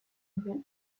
nouvelle